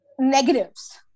Negatives